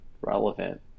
relevant